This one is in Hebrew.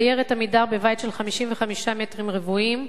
דיירת "עמידר" בבית של 55 מטרים רבועים,